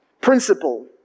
principle